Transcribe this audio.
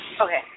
Okay